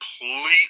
completely